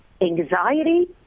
anxiety